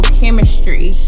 chemistry